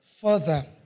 further